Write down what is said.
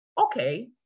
okay